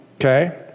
okay